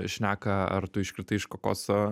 šneka ar tu iškritai iš kokoso